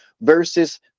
versus